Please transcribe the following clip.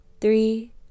three